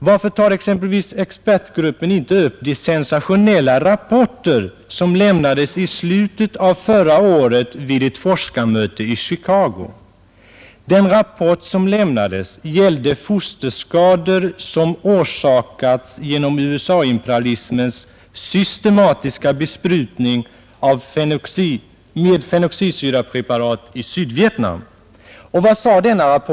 Varför tar expertgruppen inte upp exempelvis den sensationella rapport som lämnades i slutet av förra året vid ett forskarmöte i Chicago? Den rapporten gällde fosterskador som orsakats av USA-imperialismens systematiska besprutning med fenoxisyrapreparat i Sydvietnam. Vad sade denna rapport?